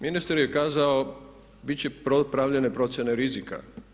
Ministar je kazao bit će pravljene procjene rizika.